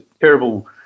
terrible